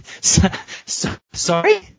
Sorry